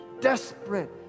desperate